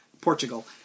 Portugal